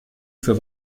für